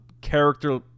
character